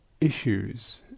issues